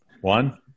One